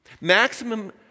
Maximum